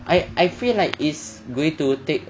I I feel like it's going to take